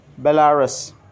Belarus